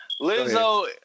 Lizzo